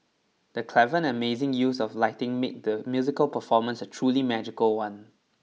the clever and amazing use of lighting made the musical performance a truly magical one